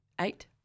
eight